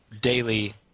daily